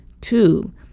Two